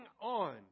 on